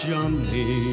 Johnny